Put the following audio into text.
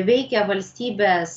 veikia valstybės